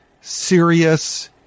serious